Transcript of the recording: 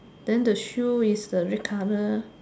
then the shoe is the red colour